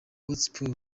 hotspur